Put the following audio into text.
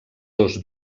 dos